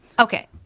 Okay